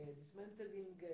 dismantling